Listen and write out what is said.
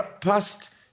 past